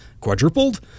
quadrupled